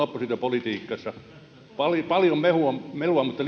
oppositiopolitiikasta paljon paljon melua melua mutta